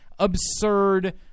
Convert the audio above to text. absurd